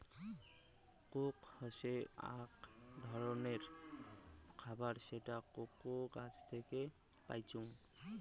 Coke হসে আক ধররনের খাবার যেটা কোকো গাছ থাকি পাইচুঙ